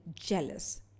jealous